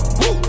woo